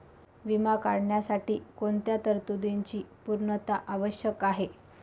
विमा काढण्यासाठी कोणत्या तरतूदींची पूर्णता आवश्यक आहे?